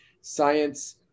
science